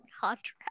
contract